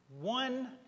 one